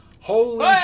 Holy